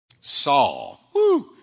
Saul